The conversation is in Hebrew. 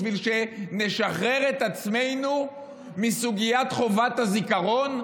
בשביל שנשחרר את עצמנו מסוגיית חובת הזיכרון,